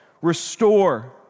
restore